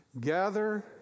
Gather